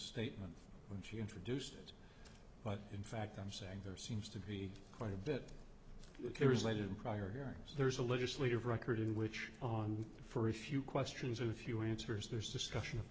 statement when she introduced it but in fact i'm saying there seems to be quite a bit it was late in prior hearings there's a legislative record in which on for a few questions or a few answers there's discussion of